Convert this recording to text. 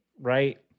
Right